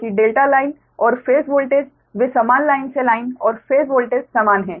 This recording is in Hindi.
क्योंकि डेल्टा लाइन और फेस वोल्टेज वे समान लाइन से लाइन और फेस वोल्टेज समान हैं